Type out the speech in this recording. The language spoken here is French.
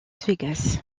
vegas